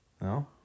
No